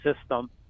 system